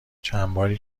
چندباری